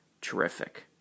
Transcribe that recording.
Terrific